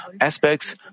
aspects